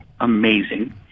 amazing